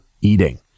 eating